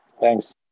Thanks